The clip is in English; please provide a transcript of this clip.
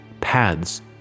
paths